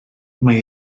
mae